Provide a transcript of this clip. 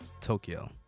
Tokyo